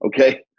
Okay